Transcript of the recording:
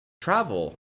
travel